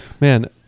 Man